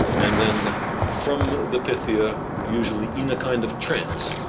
and then from the pythia, usually in a kind of trance,